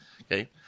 okay